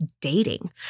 dating